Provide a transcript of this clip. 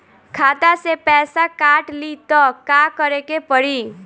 खाता से पैसा काट ली त का करे के पड़ी?